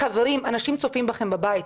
חברים, אנשים צופים בכם בבית.